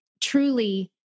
truly